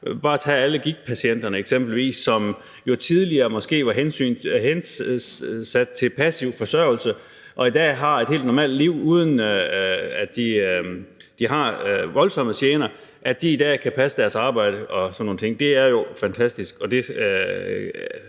tage alle gigtpatienterne, som tidligere måske var hensat til passiv forsørgelse, og som i dag har et helt normalt liv uden at have voldsomme gener. Det, at de i dag kan passe deres arbejde og sådan nogle ting, er jo fantastisk.